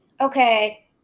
Okay